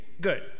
Good